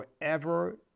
forever